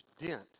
dent